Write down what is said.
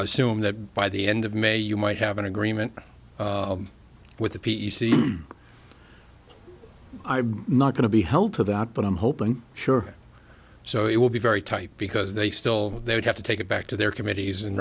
assume that by the end of may you might have an agreement with the p c i'm not going to be held to that but i'm hoping sure so it will be very tight because they still they would have to take it back to their committees and